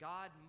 God